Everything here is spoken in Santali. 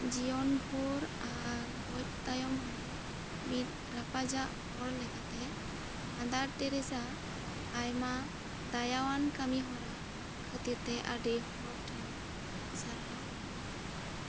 ᱡᱤᱭᱚᱱ ᱵᱷᱳᱨ ᱟᱨ ᱜᱚᱡ ᱛᱟᱭᱚᱢ ᱦᱚᱸ ᱢᱤᱫ ᱨᱟᱯᱟᱡᱟᱜ ᱦᱚᱲ ᱞᱮᱠᱟᱛᱮ ᱢᱟᱫᱟᱨ ᱴᱮᱨᱮᱡᱟ ᱟᱭᱢᱟ ᱫᱟᱭᱟᱣᱟᱱ ᱠᱟᱢᱤ ᱦᱚᱨᱟ ᱠᱷᱟᱹᱛᱤᱨ ᱛᱮ ᱟᱹᱰᱤ ᱦᱚᱲ ᱴᱷᱮᱱᱮ ᱥᱟᱨᱦᱟᱣ ᱞᱮᱱᱟ